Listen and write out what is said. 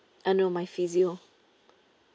uh no my physio